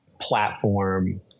platform